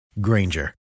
Granger